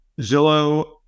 Zillow